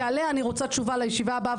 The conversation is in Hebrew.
שעליה אני רוצה תשובה לישיבה הבאה,